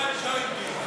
לא על ג'וינטים.